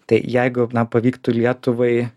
tai jeigu pavyktų lietuvai